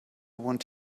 want